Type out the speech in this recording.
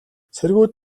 цэргүүд